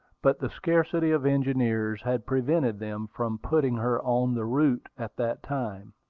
but the scarcity of engineers had prevented them from putting her on the route at that time,